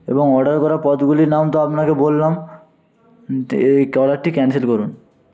এবং অর্ডার করা পদগুলির নাম তো আপনাকে বললাম এই অর্ডারটি ক্যানসেল করুন